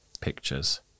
pictures